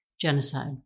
genocide